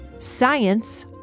science